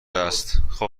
است